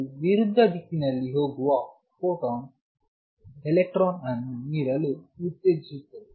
ಇದು ವಿರುದ್ಧ ದಿಕ್ಕಿನಲ್ಲಿ ಹೋಗುವ ಫೋಟಾನ್ ಎಲೆಕ್ಟ್ರಾನ್ ಅನ್ನು ನೀಡಲು ಉತ್ತೇಜಿಸುತ್ತದೆ